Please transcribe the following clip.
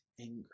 anger